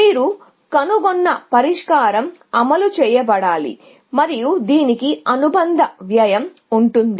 మీరు కనుగొన్న పరిష్కారం అమలు చేయబడాలి అలాగే కొంత వ్యయం దీనికి ముడిపడి ఉంటుంది